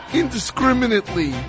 indiscriminately